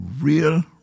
real